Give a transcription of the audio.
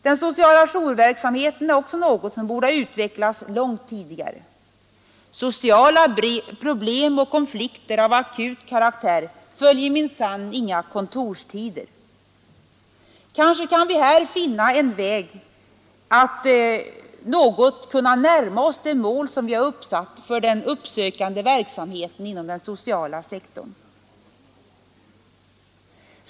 Den sociala jourverksamheten är också något som borde ha utvecklats långt tidigare — sociala problem och konflikter av akut karaktär följer minsann inga kontorstider. Kanske kan vi här finna en väg för att något närma oss det mål som vi har satt upp för den uppsökande verksamheten inom den sociala sektorn.